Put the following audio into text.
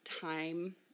time